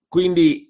Quindi